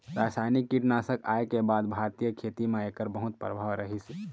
रासायनिक कीटनाशक आए के बाद भारतीय खेती म एकर बहुत प्रभाव रहीसे